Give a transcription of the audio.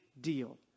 deal